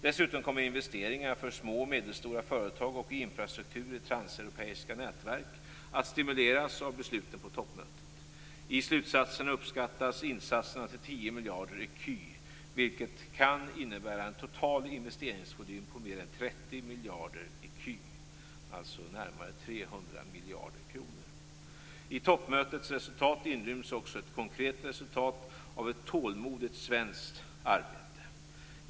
Dessutom kommer investeringar för små och medelstora företag och i infrastruktur i transeuropeiska nätverk att stimuleras av besluten på toppmötet. I slutsatserna uppskattas insatserna till 10 miljarder ecu, vilket kan innebära en total investeringsvolym på mer än 30 miljarder ecu, alltså närmare 300 miljarder kronor. I toppmötets resultat inryms också ett konkret resultat av ett tålmodigt svenskt arbete.